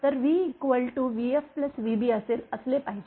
तर v vfvb असले पाहिजे